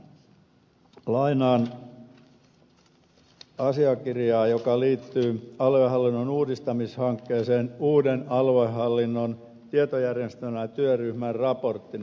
lainaan asiakirjaa joka liittyy aluehallinnon uudistamishankkeeseen uuden aluehallinnon tietojärjestelmätyöryhmän raporttina